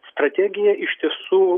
strategija iš tiesų